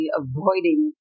avoiding